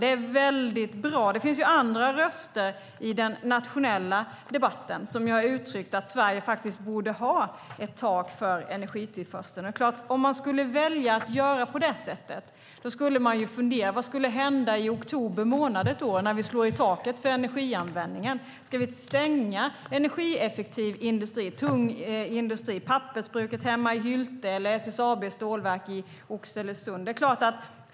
Det är bra. Det finns andra röster i den nationella debatten som har uttryckt att Sverige borde ha ett tak för energitillförseln. Om man väljer att göra så får man fundera på vad som kan hända i oktober månad ett år när vi slår i taket för energianvändningen. Ska vi stänga energieffektiv tung industri, pappersbruket hemma i Hylte eller SSAB:s stålverk i Oxelösund?